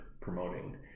promoting